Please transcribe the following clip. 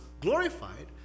glorified